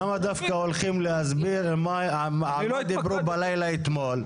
למה דווקא הולכים להסביר על מה דיברו בלילה אתמול?